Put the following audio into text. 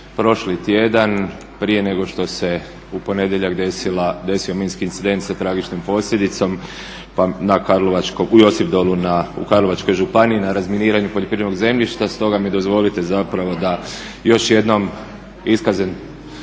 prošli tjedan, prije nego što se u ponedjeljak dogodio minski incident sa tragičnom posljedicom, u Jospidolu u Karlovačkoj županiji na razminiranju poljoprivrednog zemljišta stoga mi dozvolite zapravo da još jednom iskažem